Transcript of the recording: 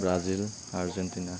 Brazil Argentina